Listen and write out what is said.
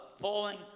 falling